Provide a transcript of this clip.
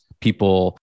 people